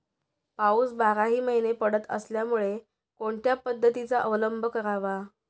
पाऊस बाराही महिने पडत असल्यामुळे कोणत्या पद्धतीचा अवलंब करावा?